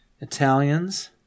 Italians